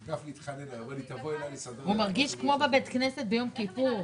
הוא יישאר עולה לנצח מבחינת הגדרתו כעולה.